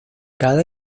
cada